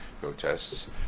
protests